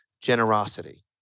generosity